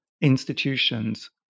institutions